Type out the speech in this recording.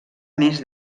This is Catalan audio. més